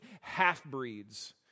half-breeds